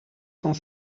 cent